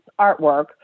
artwork